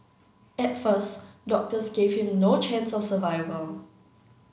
at first doctors gave him no chance of survival